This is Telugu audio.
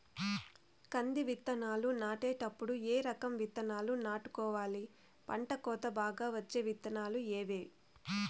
కంది విత్తనాలు నాటేటప్పుడు ఏ రకం విత్తనాలు నాటుకోవాలి, పంట కోత బాగా వచ్చే విత్తనాలు ఏవీ?